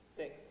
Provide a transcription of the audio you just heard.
six